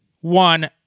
one